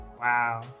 Wow